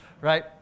right